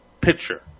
picture